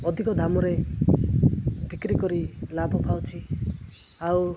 ଅଧିକ ଦାମରେ ବିକ୍ରି କରି ଲାଭ ପାଉଛି ଆଉ